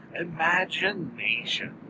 Imagination